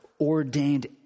ordained